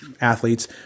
athletes